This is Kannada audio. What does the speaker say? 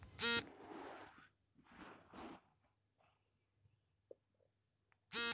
ಆನ್ಲೈನ್ ಸಾಲ ಪಡೆಯಲು ಅರ್ಜಿ ಸಲ್ಲಿಸುವ ವಿಧಾನ ನನಗೆ ತಿಳಿಯದು ನಿಮ್ಮ ಬ್ಯಾಂಕಿನಲ್ಲಿ ಅದರ ಮಾಹಿತಿ ಸಿಗಬಹುದೇ?